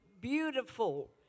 beautiful